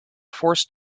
forced